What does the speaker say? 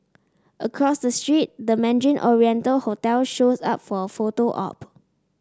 across the street the Mandarin Oriental hotel shows up for a photo op